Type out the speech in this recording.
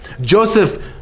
Joseph